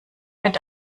mit